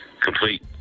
complete